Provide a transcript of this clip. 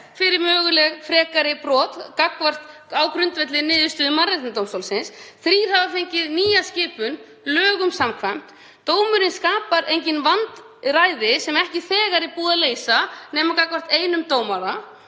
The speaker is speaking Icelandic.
fyrir möguleg frekari brot á grundvelli niðurstöðu Mannréttindadómstólsins. Þrír hafa fengið nýja skipun lögum samkvæmt. Dómurinn skapar engin vandræði sem ekki er þegar búið að leysa nema gagnvart einum dómara.